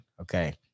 okay